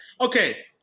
Okay